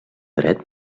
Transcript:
dret